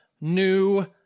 new